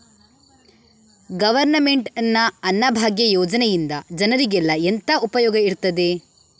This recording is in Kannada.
ಗವರ್ನಮೆಂಟ್ ನ ಅನ್ನಭಾಗ್ಯ ಯೋಜನೆಯಿಂದ ಜನರಿಗೆಲ್ಲ ಎಂತ ಉಪಯೋಗ ಇರ್ತದೆ?